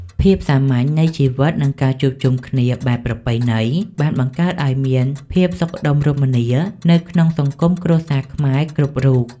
ភាពសាមញ្ញនៃជីវិតនិងការជួបជុំគ្នាបែបប្រពៃណីបានបង្កើតឱ្យមានភាពសុខដុមរមនានៅក្នុងសង្គមគ្រួសារខ្មែរគ្រប់រូប។